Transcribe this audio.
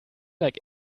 like